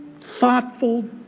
thoughtful